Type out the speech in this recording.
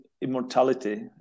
immortality